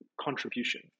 contribution